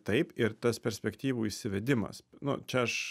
taip ir tas perspektyvų įsivedimas nu čia aš